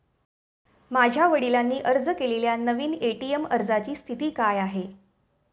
माझ्या वडिलांनी अर्ज केलेल्या नवीन ए.टी.एम अर्जाची स्थिती काय आहे?